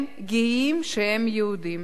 הם גאים שהם יהודים,